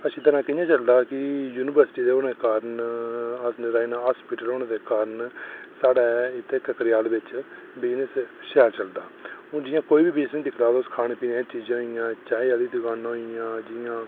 अच्छी तरह कि'यां चलदा कि युनिवर्सिटी होने दे कारण नारायणा हॉस्पिटल होने दे कारण साढ़े इत्थै ककडेयाल च बिजनेस शैल चलदा हून तुस कोई बी बिजनेस दिक्खी लैओ तुस खाने पीने आह्लियां चीज़ां होई गेइयां चाहीं आह्लियां दकानां होई गेइयां जि'यां